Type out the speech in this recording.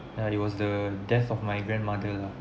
ya it was the death of my grandmother